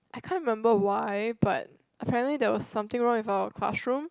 I can remember why but apparently there are something wrong with our classroom